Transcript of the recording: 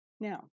Now